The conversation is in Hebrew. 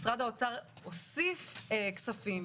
משרד האוצר הוסיף כספים,